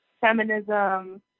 feminism